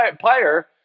player